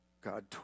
God